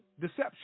deception